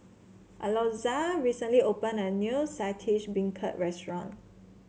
Alonza recently opened a new Saltish Beancurd restaurant